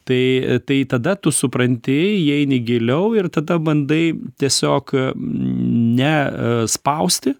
tai tai tada tu supranti įeini giliau ir tada bandai tiesiog ne spausti